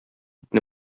итне